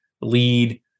lead